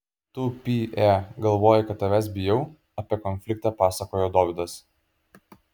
tu py e galvoji kad tavęs bijau apie konfliktą pasakojo dovydas